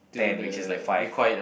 ten which is like five